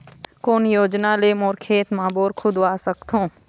कोन योजना ले मोर खेत मा बोर खुदवा सकथों?